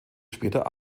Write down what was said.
später